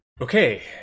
Okay